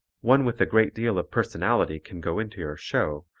one with a great deal of personality can go into your show,